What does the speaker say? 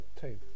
team